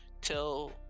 till